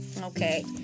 Okay